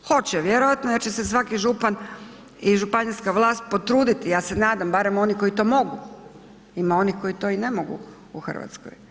Hoće vjerojatno jer će se svaki župan i županijska vlast potruditi, ja se nadam, barem oni koji to mogu, ima onih koji to i ne mogu u Hrvatskoj.